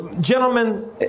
Gentlemen